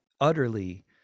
utterly